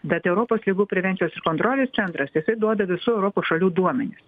bet europos ligų prevencijos ir kontrolės centras jisai duoda visų europos šalių duomenis